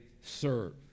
serve